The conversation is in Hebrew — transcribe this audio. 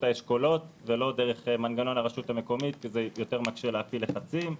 האשכולות ולא דרך מנגנון הרשות המקומית כי זה יותר מקשה להפעיל לחצים.